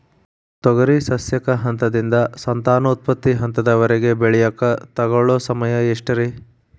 ತೊಗರಿ ಸಸ್ಯಕ ಹಂತದಿಂದ, ಸಂತಾನೋತ್ಪತ್ತಿ ಹಂತದವರೆಗ ಬೆಳೆಯಾಕ ತಗೊಳ್ಳೋ ಸಮಯ ಎಷ್ಟರೇ?